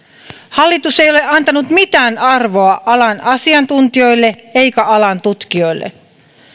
hallitus ei ole antanut mitään arvoa alan asiantuntijoille eikä alan tutkijoille